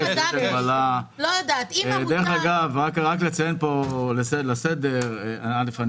לציין לסדר - יש לנו חוזר.